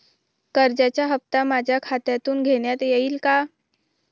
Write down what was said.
कर्जाचा हप्ता माझ्या खात्यातून घेण्यात येईल का?